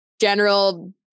general